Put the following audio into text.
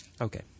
Okay